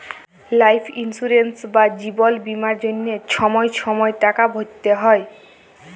life insurance বা জিবল বীমার জ্যনহে ছময় ছময় টাকা ভ্যরতে হ্যয়